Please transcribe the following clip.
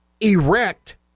erect